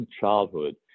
childhood